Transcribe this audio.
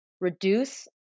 reduce